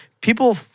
people